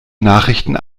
nachrichten